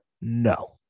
No